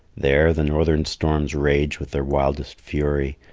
there, the northern storms rage with their wildest fury,